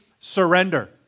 surrender